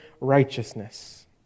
righteousness